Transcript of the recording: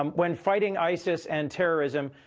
um when fighting isis and terrorism,